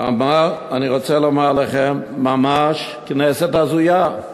אני רוצה לומר לכם, ממש כנסת הזויה.